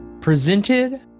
Presented